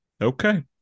Okay